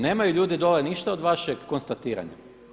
Nemaju ljudi dolje ništa od vašeg konstatiranja.